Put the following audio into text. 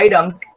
items